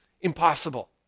impossible